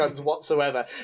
whatsoever